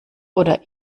oder